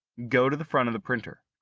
go to the front of the printer.